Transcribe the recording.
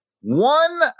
one